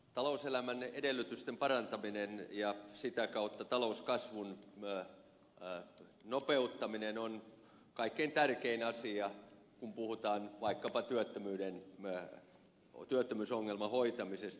talouselämän edellytysten parantaminen ja sitä kautta talouskasvun nopeuttaminen on kaikkein tärkein asia kun puhutaan vaikkapa työttömyysongelman hoitamisesta